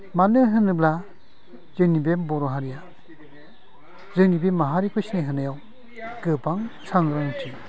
मानो होनोब्ला जोंनि बे बर' हारिया जोंनि बे माहारिखौ सिनाय होनायाव गोबां सांग्रां